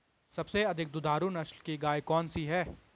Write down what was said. सबसे अधिक दुधारू नस्ल की गाय कौन सी है?